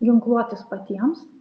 ginkluotis patiems